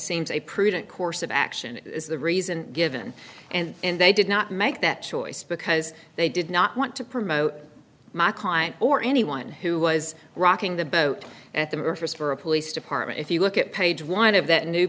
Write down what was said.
seems a prudent course of action is the reason given and they did not make that choice because they did not want to promote my client or anyone who was rocking the boat at the murfreesboro police department if you look at page one of